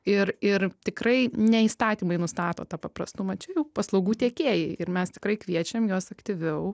ir ir tikrai ne įstatymai nustato tą paprastumą čia jau paslaugų tiekėjai ir mes tikrai kviečiam juos aktyviau